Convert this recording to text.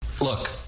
Look